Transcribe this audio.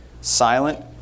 silent